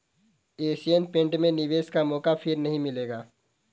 Asian paint में निवेश का मौका फिर नही मिलेगा